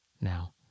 now